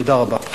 תודה רבה.